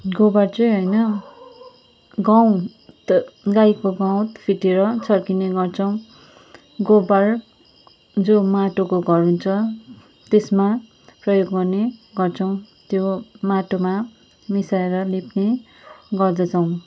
गोबर चाहिँ होइन गउँत गाईको गउँत फिटेर छर्किने गर्छौँ गोबर जो माटोको घर हुन्छ त्यसमा प्रयोग गर्ने गर्छौँ त्यो माटोमा मिसाएर लिप्ने गर्दछौँ